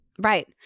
Right